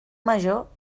major